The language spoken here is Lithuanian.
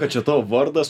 kad čia tavo vardas